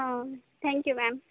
ಹಾಂ thank you ma'am